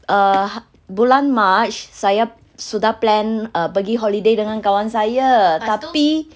err bulan march saya sudah plan uh pergi holiday dengan kawan saya tapi